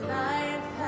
life